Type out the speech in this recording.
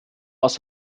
aus